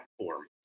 platform